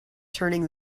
turning